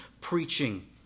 preaching